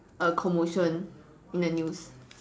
a commotion in the news